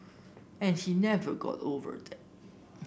and he never got over that